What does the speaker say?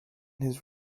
his